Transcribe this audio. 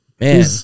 Man